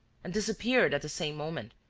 and disappeared at the same moment,